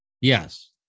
yes